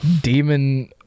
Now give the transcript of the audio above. demon